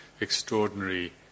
extraordinary